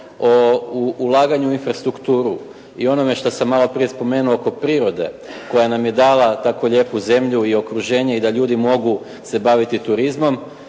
o ulaganju u infrastrukturu i onome što sam malo prije spomenuo oko prirode koja nam je dala tako lijepu zemlju i okruženje i da ljudi se mogu baviti turizmom.